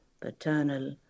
paternal